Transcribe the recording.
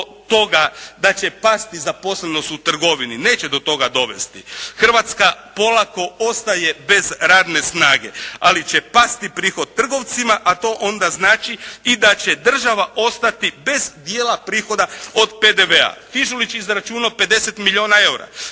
Hrvatska polako ostaje bez radne snage ali će pasti prihod trgovcima a to onda znači i da će država ostati bez dijela prihoda od PDV-a. Fižulić je izračunao 50 milijuna eura.